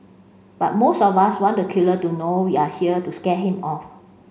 but most of us want the killer to know we are here to scare him off